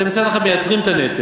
אתם מצד אחד מייצרים את הנטל,